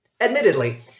Admittedly